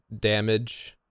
damage